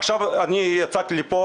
עכשיו יצאתי לפה.